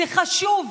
זה חשוב.